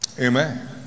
Amen